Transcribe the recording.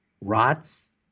rots